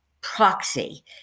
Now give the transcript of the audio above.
proxy